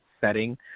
setting